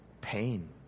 Pain